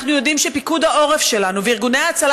אנחנו יודעים שפיקוד העורף שלנו וארגוני ההצלה